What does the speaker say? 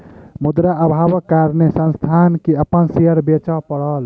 मुद्रा अभावक कारणेँ संस्थान के अपन शेयर बेच पड़लै